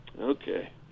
Okay